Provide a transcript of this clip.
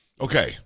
okay